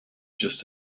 just